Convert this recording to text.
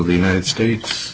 the united states